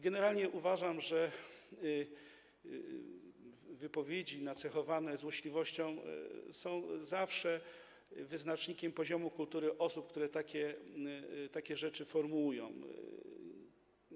Generalnie uważam, że wypowiedzi nacechowane złośliwością są zawsze wyznacznikiem poziomu kultury osób, które takie rzeczy formułują.